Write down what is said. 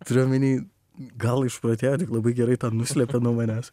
turiu omeny gal išprotėjo labai gerai tą nuslėpė nuo manęs